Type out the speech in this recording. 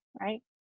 right